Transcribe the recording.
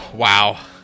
Wow